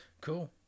Cool